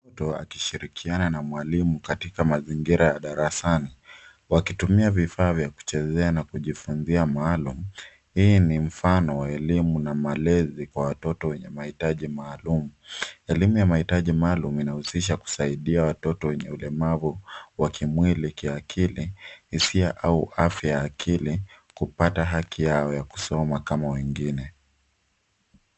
Mtoto akishirikiana na mwalimu katika mazingira ya darasani. Wakitumia vifaa vya kuchezea na kujifumbia maalum. Hii ni mfano wa elimu na malezi kwa watoto wenye mahitaji maalum. Elimu ya mahitaji maalum inahusisha kusaidia watoto wenye ulemavu wa kimwili, kiakili, hisia, au afya ya akili, kupata haki yao ya kusoma kama wengine.